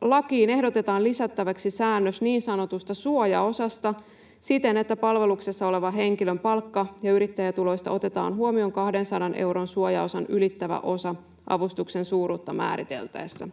lakiin ehdotetaan lisättäväksi säännös niin sanotusta suojaosasta siten, että palveluksessa olevan henkilön palkka- ja yrittäjätuloista otetaan huomioon 200 euron suojaosan ylittävä osa avustuksen suuruutta määriteltäessä.